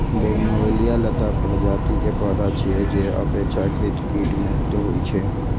bougainvillea लता प्रजाति के पौधा छियै, जे अपेक्षाकृत कीट मुक्त होइ छै